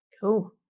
Cool